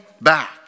back